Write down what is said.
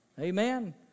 Amen